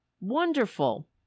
Wonderful